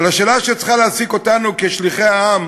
אבל השאלה שצריכה להעסיק אותנו כשליחי העם